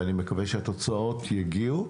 ואני מקווה שהתוצאות יגיעו.